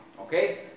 okay